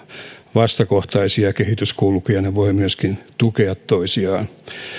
vastakohtaisia kehityskulkuja ne voivat myöskin tukea toisiaan